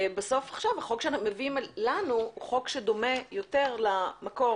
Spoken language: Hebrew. החוק שמביאים עכשיו אלינו הוא חוק שדומה יותר למקור,